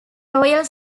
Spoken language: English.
royal